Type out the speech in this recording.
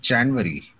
January